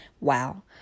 Wow